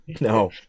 No